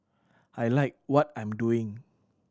I like what I'm doing